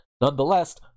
Nonetheless